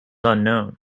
unknown